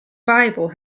bible